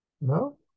no